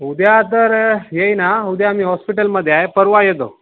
उद्या तर येई ना उद्या मी हॉस्पिटलमध्ये आ आहे परवा येतो